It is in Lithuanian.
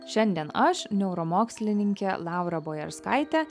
šiandien aš neuromokslininkė laura bojarskaitė